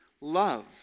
love